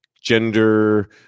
gender